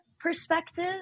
perspective